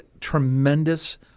tremendous